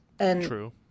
True